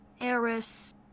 Eris